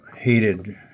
heated